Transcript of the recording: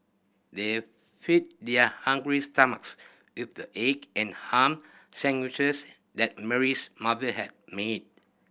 they fed their hungry stomachs with the egg and ham sandwiches that Mary's mother had made